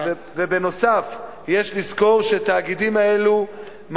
ונוסף על כך יש לזכור כי תאגידים אלה הם